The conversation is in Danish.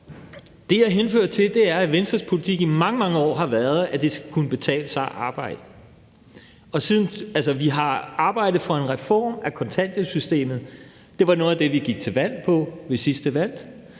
Det, jeg henfører til, er, at Venstres politik i mange, mange år har været, at det skal kunne betale sig at arbejde. Vi har arbejdet for en reform af kontanthjælpssystemet. Det var noget af det, vi gik til valg på ved sidste valg.